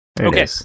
Okay